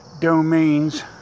domains